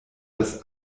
das